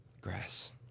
Grass